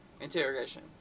interrogation